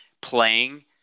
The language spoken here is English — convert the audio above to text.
playing